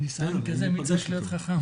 עם ניסיון כזה, מי צריך להיות חכם?